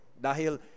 Dahil